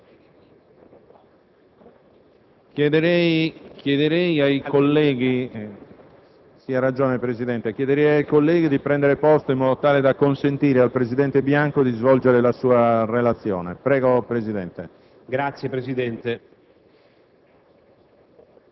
Chiederei ai colleghi di prendere posto in modo tale da consentire al presidente Bianco di svolgere la sua esposizione. Prego, Presidente. BIANCO *(Ulivo)*.